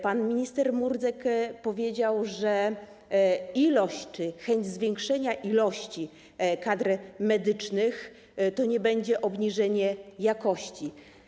Pan minister Murdzek powiedział, że chęć zwiększenia ilości kadr medycznych to nie będzie obniżenie jakości.